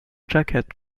jacket